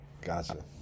Gotcha